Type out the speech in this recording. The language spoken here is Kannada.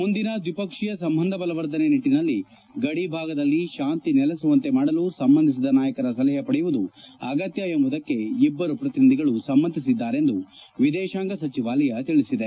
ಮುಂದಿನ ದ್ವಿಪಕ್ಷೀಯ ಸಂಬಂಧ ಬಲವರ್ಧನೆ ನಿಟ್ಟನಲ್ಲಿ ಗಡಿ ಭಾಗದಲ್ಲಿ ಶಾಂತಿ ನೆಲಸುವಂತೆ ಮಾಡಲು ಸಂಬಂಧಿಸಿದ ನಾಯಕರ ಸಲಹೆ ಪಡೆಯುವುದು ಅಗತ್ಯ ಎಂಬುದಕ್ಕೆ ಇಬ್ಲರೂ ಪ್ರತಿನಿಧಿಗಳು ಸಮ್ನತಿಸಿದರೆಂದು ವಿದೇಶಾಂಗ ಸಚಿವಾಲಯ ತಿಳಿಸಿದೆ